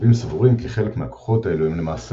רבים סבורים כי חלק מהכוחות האלו הם למעשה